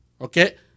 Okay